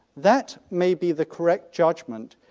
that may be the correct judgment,